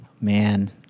Man